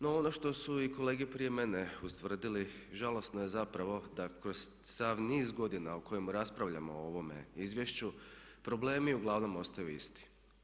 No, ono što su i kolege prije mene ustvrdili, žalosno je zapravo da kroz sav niz godina o kojemu raspravljamo o ovome izvješću problemi uglavnom ostaju isti.